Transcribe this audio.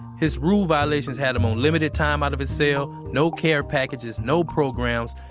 his rule violations had him on limited time out of his cell. no care packages, no programs,